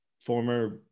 former